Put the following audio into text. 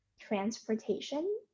transportation